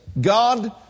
God